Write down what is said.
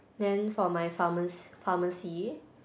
then for my pharmac~ pharmacy